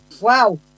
wow